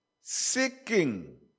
Seeking